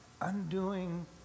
undoing